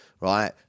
right